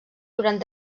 durant